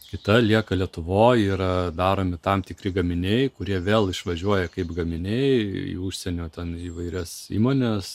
kita lieka lietuvoj yra daromi tam tikri gaminiai kurie vėl išvažiuoja kaip gaminiai į užsienio ten įvairias įmones